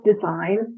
design